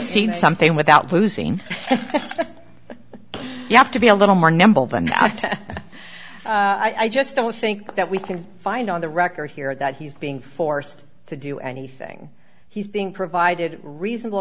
de something without losing you have to be a little more nimble than i just don't think that we can find on the record here that he's being forced to do anything he's being provided reasonable